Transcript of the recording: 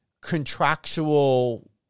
contractual